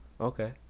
Okay